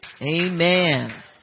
Amen